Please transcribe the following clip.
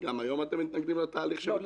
לא.